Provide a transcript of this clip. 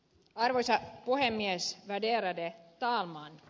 arvoisa puhemies värderade talman